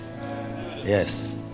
Yes